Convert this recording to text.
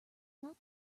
not